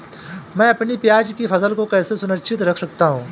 मैं अपनी प्याज की फसल को कैसे सुरक्षित रख सकता हूँ?